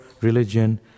religion